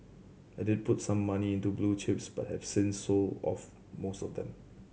I did put some money into blue chips but have since sold off most of them